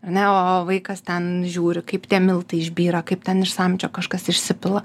ar ne o vaikas ten žiūri kaip tie miltai išbyra kaip ten iš samčio kažkas išsipila